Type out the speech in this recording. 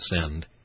send